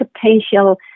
potential